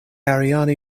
ariane